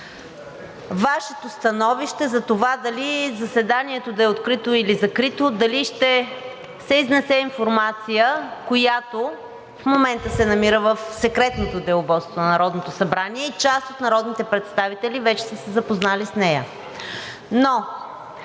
Вашето становище затова дали заседанието да е открито, или закрито, дали ще се изнесе информация, която в момента се намира в Секретното деловодство на Народното събрание, и част от народните представители вече са се запознали с нея.